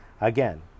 Again